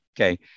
Okay